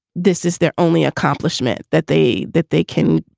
this is their only accomplishment, that they that they can,